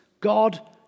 God